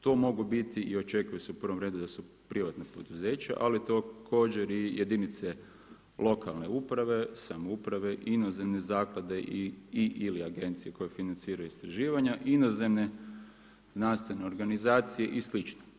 To mogu biti i očekuje se u prvom redu da su privatna poduzeća ali također i jedinice lokalne uprave, samouprave, inozemne zaklade i/ili agencije koje financiraju istraživanja, inozemne znanstvene organizacije i slično.